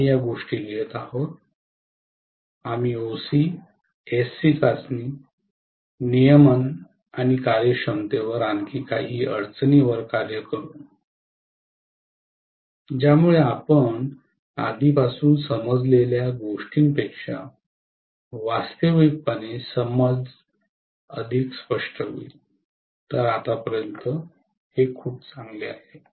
आम्ही या गोष्टी घेत आहोत आम्ही ओसी एससी चाचणी नियमन आणि कार्यक्षमतेवर आणखी काही अडचणींवर कार्य करू ज्यामुळे आपण आधीपासूनच समजलेल्या गोष्टींपेक्षा वास्तविकपणे समज अधिक स्पष्ट होईल तर आतापर्यंत खूप चांगले आहे